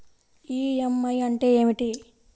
EMI అంటే ఏమిటి?